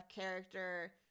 character